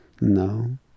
No